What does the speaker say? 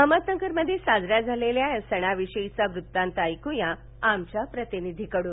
अहमदनगरमध्ये साजऱ्या झालेल्या या सणाविषयीचा वृत्तांत ऐकुया आमच्या प्रतिनिधींकडून